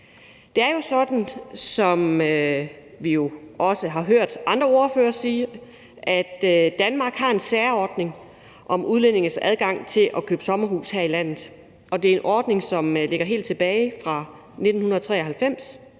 Det er jo sådan, som vi også har hørt andre ordførere sige, at Danmark har en særordning om udlændinges adgang til at købe sommerhus her i landet, og det er en ordning, som går helt tilbage til 1993.